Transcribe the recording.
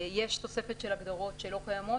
יש תוספת של הגדרות שלא קיימות.